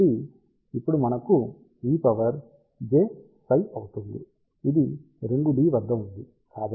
కాబట్టి ఇప్పుడు మనకు e పవర్ jψ అవుతుంది ఇది 2 d వద్ద ఉంది